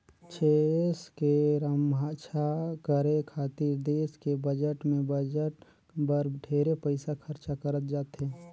छेस के रम्छा करे खातिर देस के बजट में बजट बर ढेरे पइसा खरचा करत जाथे